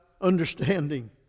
understanding